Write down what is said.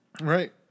Right